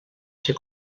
ser